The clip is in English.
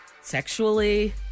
sexually